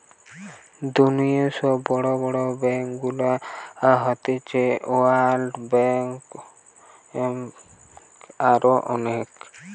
দুনিয়র সব বড় বড় ব্যাংকগুলো হতিছে ওয়ার্ল্ড ব্যাঙ্ক, আরো অনেক